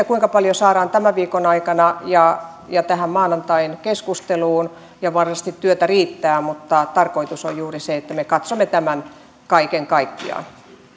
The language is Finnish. kuinka paljon saadaan tämän viikon aikana ja ja maanantain keskusteluun siinä mahdollisesti työtä riittää mutta tarkoitus on juuri se että me katsomme tämän kaiken kaikkiaan